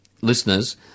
listeners